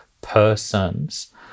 persons